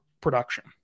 production